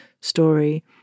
story